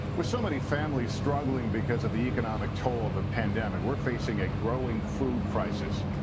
with so many families struggling because of the economic toll of the pandemic we're facing a growing food crisis.